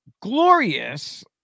glorious